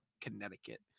Connecticut